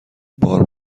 بار